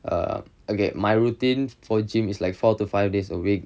err okay my routine for gym is like four to five days a week